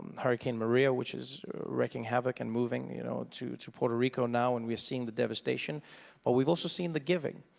hurricane maria which is wreaking havoc and moving you know ah to to puerto rico now and we're seeing the devastation but we've also seen the giving.